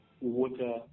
water